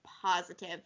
positive